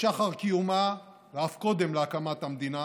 משחר קיומה, ואף קודם להקמת המדינה,